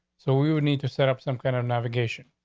so we would need to set up some kind of navigation.